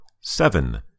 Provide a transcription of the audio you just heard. seven